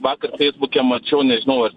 vakar feisbuke mačiau nežinau ar